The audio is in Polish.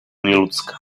nieludzka